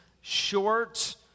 short